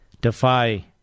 Defy